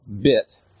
bit